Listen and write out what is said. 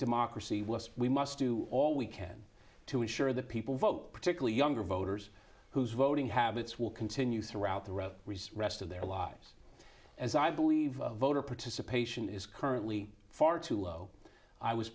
democracy we must do all we can to ensure that people vote particularly younger voters whose voting habits will continue throughout the road rest of their lives as i believe voter participation is currently far too low i was